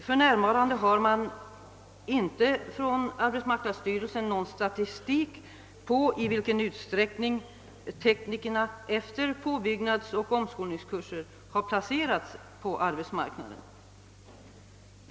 Arbetsmarknadsstyrelsen har för närvarande inte någon statistik på i vilken utsträckning teknikerna efter påbyggnadsoch omskolningskurser har kunnat placeras på arbetsmarknaden.